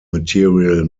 material